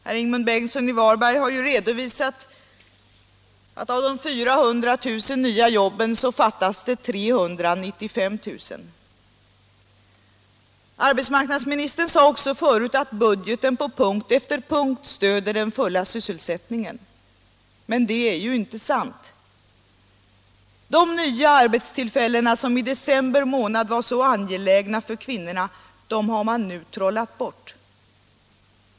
Herr Ingemund Bengtsson i Varberg har redovisat att av de 400 000 nya jobben fattas det 395 000. Arbetsmarknadsministern sade förut att budgeten på punkt efter punkt stöder den fulla sysselsättningen. Men det är ju inte sant. De nya arbetstillfällen som i december månad var så angelägna för kvinnorna har man nu trollat bort.